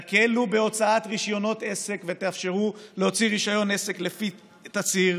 תקלו בהוצאת רישיונות עסק ותאפשרו להוציא רישיון עסק לפי תצהיר